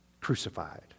crucified